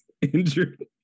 injured